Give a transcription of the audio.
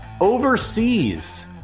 overseas